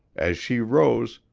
as she rose,